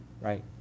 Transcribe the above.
Right